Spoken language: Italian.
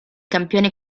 campione